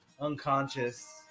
Unconscious